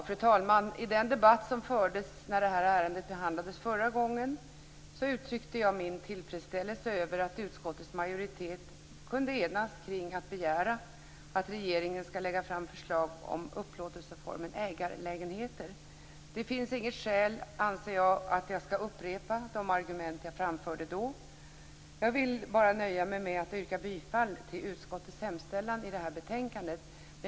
Fru talman! I den debatt som fördes när det här ärendet behandlades förra gången uttryckte jag min tillfredsställelse över att utskottets majoritet kunde enas om att begära att regeringen skall lägga fram förslag om upplåtelseformen ägarlägenheter. Jag anser inte att det finns något skäl för att jag skall upprepa de argument som jag framförde då. Jag vill nöja mig med att yrka bifall till utskottets hemställan i det här betänkandet.